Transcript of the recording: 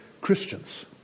Christians